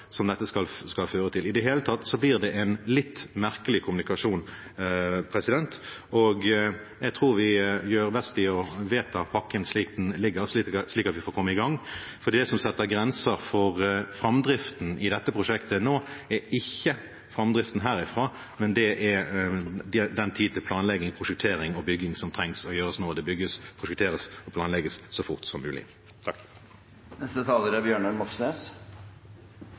som dette skal føre til? I det hele tatt blir det en litt merkelig kommunikasjon. Jeg tror vi gjør best i å vedta pakken slik den foreligger, og at vi får komme i gang. Det som setter grenser for framdriften i dette prosjektet nå, er ikke framdriften herifra, men det er tiden som trengs til å gjennomføre planleggingen, prosjekteringen og byggingen for å bygge, prosjektere og planlegge så fort som mulig.